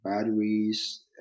Batteries